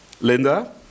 Linda